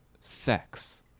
sex